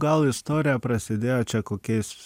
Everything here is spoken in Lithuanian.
gal istorija prasidėjo čia kokiais